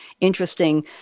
Interesting